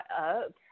up